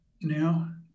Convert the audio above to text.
now